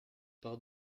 par